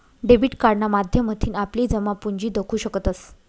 debit कार्डना माध्यमथीन आपली जमापुंजी दखु शकतंस